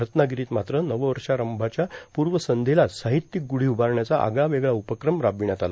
रत्नाागरांत मात्र नववषारंभाच्या पूवसंध्येलाच सार्ाहत्यिक गुर्ढा उभारण्याचा आगळावेगळा उपक्रम रार्बावण्यात आला